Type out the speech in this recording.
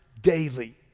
daily